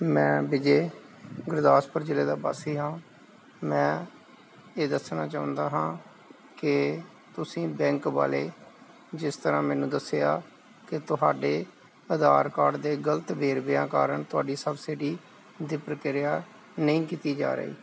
ਮੈਂ ਵਿਜੇ ਗੁਰਦਾਸਪੁਰ ਜਿਲ੍ਹੇ ਦਾ ਵਾਸੀ ਹਾਂ ਮੈਂ ਇਹ ਦੱਸਣਾ ਚਾਹੁੰਦਾ ਹਾਂ ਕਿ ਤੁਸੀਂ ਬੈਂਕ ਵਾਲੇ ਜਿਸ ਤਰ੍ਹਾ ਮੈਨੂੰ ਦੱਸਿਆ ਕਿ ਤੁਹਾਡੇ ਆਧਾਰ ਕਾਰਡ ਦੇ ਗਲਤ ਵੇਰਵਿਆਂ ਕਾਰਨ ਤੁਹਾਡੀ ਸਭ ਸਿਟੀ ਦੀ ਪ੍ਰਕਿਰਿਆ ਨਹੀਂ ਕੀਤੀ ਜਾ ਰਹੀ